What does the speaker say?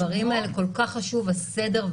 בדברים האלה כל כך חשוב הסדר,